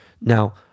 now